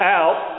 out